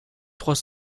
trois